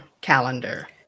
calendar